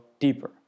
deeper